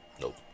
Nope